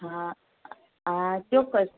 હા ચોક્કસ